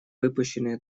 выпущенные